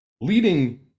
leading